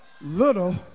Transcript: Little